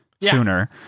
sooner